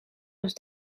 eens